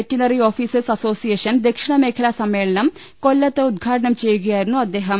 veterinary officers association ദക്ഷിണ മേഖലാ സമ്മേളനം കൊല്ലത്ത് ഉദ്ഘാടനം ചെയ്യുകയായിരുന്നു അദ്ദേഹം